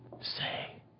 say